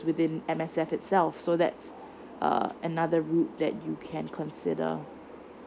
within M_S_F itself so that's uh another route that you can consider